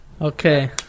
Okay